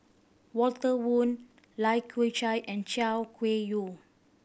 Walter Woon Lai Kew Chai and Chay Weng Yew